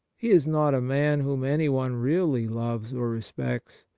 he is not a man whom anyone really loves or respects.